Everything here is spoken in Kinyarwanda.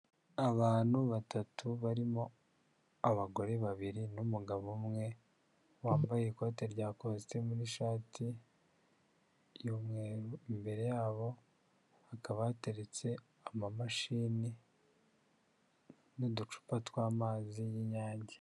Abantu batatu barimo abagore babiri n'umugabo umwe wambaye ikote rya kositimu n'ishati y'umweru, imbere yabo hakaba hateretse amamashini n'uducupa tw'amazi y'inyange.